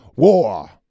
War